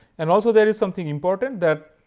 and also there is something important that,